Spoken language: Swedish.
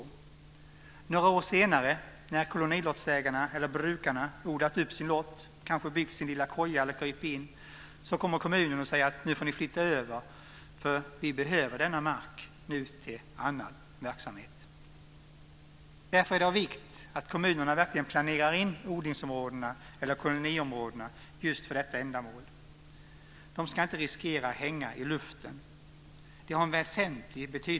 Men några år senare, när kolonilottsägarna, brukarna, odlat upp sin lott och kanske byggt sin lilla koja eller sitt krypin, kommer kommunen och säger: Nu får ni flytta över, för vi behöver denna mark till annan verksamhet. Därför är det av vikt att kommunerna verkligen planerar in odlingsområdena, kolonilottsområdena, just för detta ändamål. De ska inte riskera att så att säga hänga i luften. De har en väsentlig betydelse.